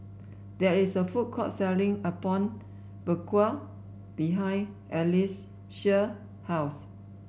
there is a food court selling Apom Berkuah behind Alcie's house